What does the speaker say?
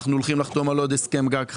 אנחנו הולכים לחתום על עוד הסכם גג חדש.